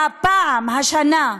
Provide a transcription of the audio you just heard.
והפעם, השנה,